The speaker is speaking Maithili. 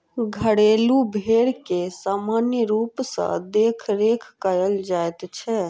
घरेलू भेंड़ के सामान्य रूप सॅ देखरेख कयल जाइत छै